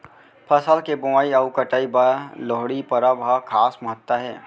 फसल के बोवई अउ कटई बर लोहड़ी परब ह खास महत्ता हे